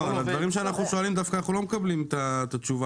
לדברים שאנחנו שואלים אנחנו לא מקבלים תשובה.